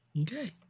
Okay